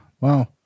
Wow